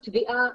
התביעה,